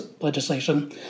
legislation